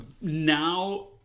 Now